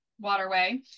Waterway